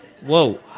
Whoa